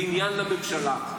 זה עניין לממשלה,